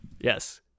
Yes